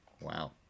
Wow